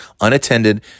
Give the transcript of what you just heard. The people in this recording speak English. unattended